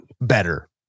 better